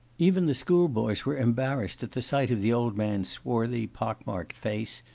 even the schoolboys were embarrassed at the sight of the old man's swarthy, pockmarked face,